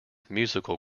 musical